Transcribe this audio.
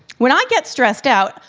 when i get stressed out,